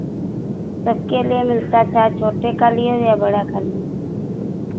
सबके लिए मिलता चाहे छोटे का लियो या बड़ा का लियो